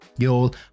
Y'all